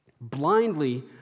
blindly